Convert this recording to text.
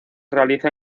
realiza